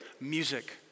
Music